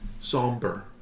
somber